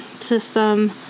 system